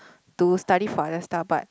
to study for other stuff but